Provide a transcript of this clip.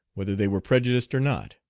whether they were prejudiced or not.